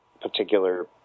particular